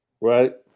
right